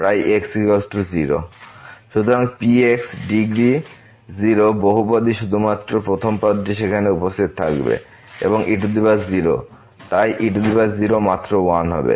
সুতরাং P0 degree 0 বহুপদী শুধুমাত্র প্রথম পদটি সেখানে উপস্থিত থাকবে এবং e0 তাই e0 মাত্র 1 হবে